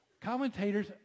commentators